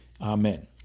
Amen